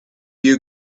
you